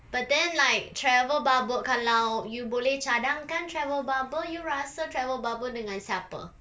but then like travel bubble kalau you boleh cadangkan travel bubble you rasa travel bubble dengan siapa